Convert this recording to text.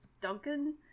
Duncan